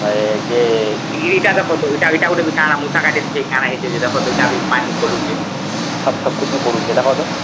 ହଏ ଯେ ଏଇଟା ଦେଖତ ଏଇଟା ଏଇଟା ଗୋଟେ ବି କାଣା ମୂଷା କାଟି ଦେଇଛି ନା କାଣା ହେଇଛି ଏଇଟା ଗୋଟେ ବି ପାଣି ଗଲୁଛେ ଥପ ଥପ କି ପଡ଼ୁଛେ ଏଇଟା କହ ତ